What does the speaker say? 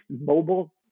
mobile